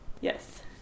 Yes